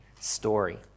story